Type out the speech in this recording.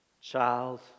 Child